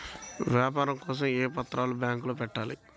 వ్యాపారం కోసం ఏ పత్రాలు బ్యాంక్లో పెట్టాలి?